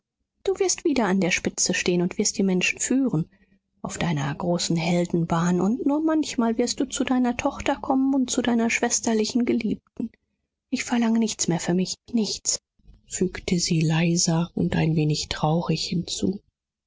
du wirst wieder an der spitze stehen und wirst die menschen führen auf deiner großen heldenbahn und nur manchmal wirst du zu deiner tochter kommen und zu deiner schwesterlichen geliebten ich verlange nichts mehr für mich nichts fügte sie leiser und ein wenig traurig hinzu